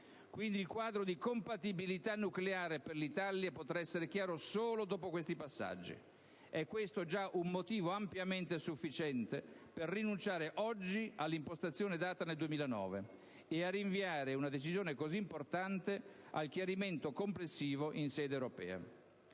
Quindi, il quadro di compatibilità nucleare per l'Italia potrà essere chiaro solo dopo questi passaggi: è questo già un motivo ampiamente sufficiente per rinunciare oggi all'impostazione data nel 2009 e rinviare una decisione così importante al chiarimento complessivo in sede europea.